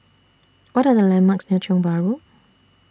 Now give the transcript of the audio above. What Are The landmarks near Tiong Bahru